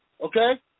Okay